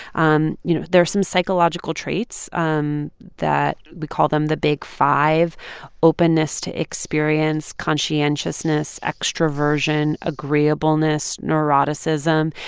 um you know, there are some psychological traits um that we call them the big five openness to experience, conscientiousness, extroversion, agreeableness, neuroticism.